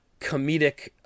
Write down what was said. comedic